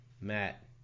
Matt